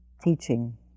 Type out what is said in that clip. teaching